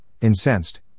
incensed